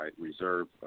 reserve